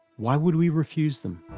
why would we refuse them?